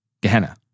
Gehenna